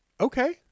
okay